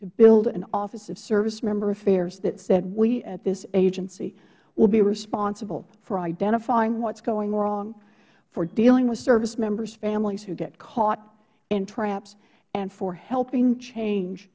to build an office of servicemember affairs that said we at this agency will be responsible for identifying what is going wrong for dealing with service members families who get caught in traps and for helping change